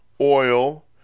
oil